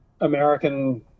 American